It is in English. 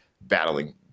battling